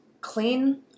clean